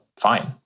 fine